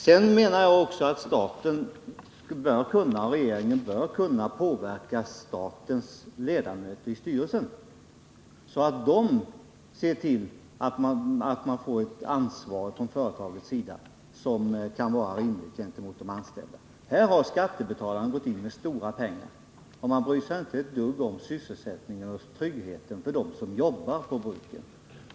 Jag menar också att staten och regeringen bör kunna påverka statens ledamöter i styrelsen, så att de ser till att företaget tar ett ansvar, vilket kan vara rimligt gentemot de anställda. Här har skattebetalarna gått in med stora pengar, och företaget bryr sig inte om sysselsättningen och tryggheten för dem som jobbar på bruken.